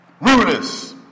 rulers